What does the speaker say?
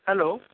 hello